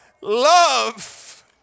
love